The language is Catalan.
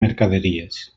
mercaderies